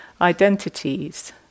identities